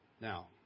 Now